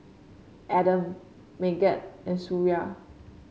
Adam Megat and Suria